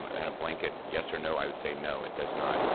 and a blanket yes or no, i would say no, it does not.